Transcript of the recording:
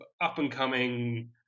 up-and-coming